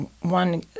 one